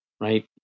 right